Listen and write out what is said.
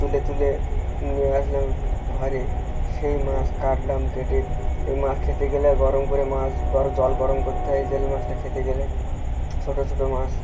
তুলে তুলে নিয়ে আসলাম ঘরে সেই মাছ কাটলাম কেটে এই মাছ খেতে গেলে গরম করে মাছর জল গরম করতে হয় জিওল মাছটা খেতে গেলে ছোটো ছোটো মাছ